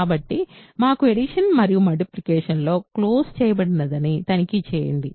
కాబట్టి మాకు అడిషన్ మరియు మల్టిప్లికేషన్ లో క్లోజ్ చేయబడినది తనిఖీ చేయండి